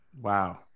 Wow